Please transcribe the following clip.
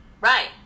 Right